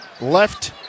left